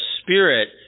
spirit